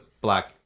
black